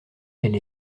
elle